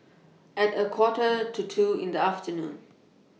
At A Quarter to two in The afternoon